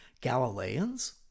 Galileans